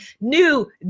new